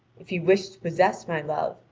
if you wish to possess my love,